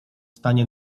stanie